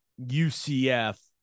UCF